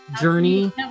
journey